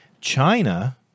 China